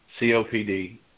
COPD